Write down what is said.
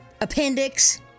appendix